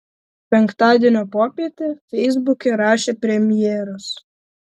penktadienio popietę feisbuke rašė premjeras